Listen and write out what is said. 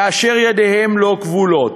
כאשר ידיהם ממילא כבולות.